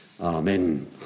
Amen